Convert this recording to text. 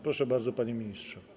Proszę bardzo, panie ministrze.